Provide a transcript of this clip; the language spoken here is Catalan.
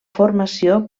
formació